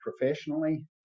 professionally